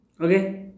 Okay